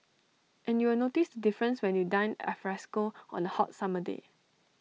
and you will notice the difference when you dine alfresco on A hot summer day